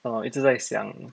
orh 一直在想